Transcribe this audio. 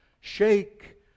Shake